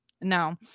no